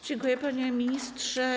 Dziękuję, panie ministrze.